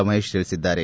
ಮಹೇಶ್ ತಿಳಿಸಿದ್ದಾರೆ